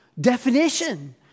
definition